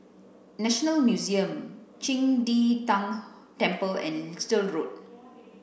National Museum Qing De Tang Temple and Little Road